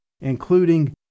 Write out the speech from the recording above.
including